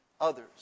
others